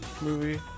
movie